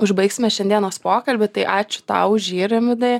užbaigsime šiandienos pokalbį tai ačiū tau už jį rimvydai